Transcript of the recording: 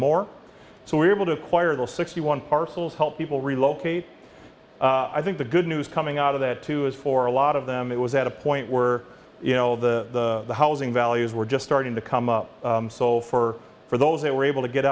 more so we're able to acquire those sixty one parcels help people relocate i think the good news coming out of that too is for a lot of them it was at a point were you know the housing values were just starting to come up so for for those that were able to get